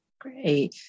Great